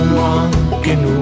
walking